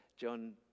John